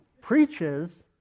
preaches